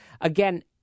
Again